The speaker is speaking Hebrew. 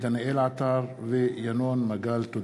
דניאל עטר וינון מגל בנושא: